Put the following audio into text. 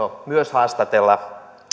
haastatella myös